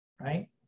right